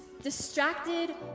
Distracted